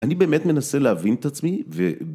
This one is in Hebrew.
אני באמת מנסה להבין את עצמי